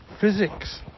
physics